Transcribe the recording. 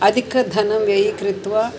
अधिकधनं व्ययीकृत्वा